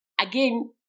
again